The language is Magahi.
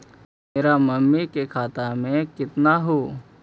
मेरा मामी के खाता में कितना हूउ?